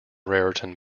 raritan